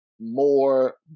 more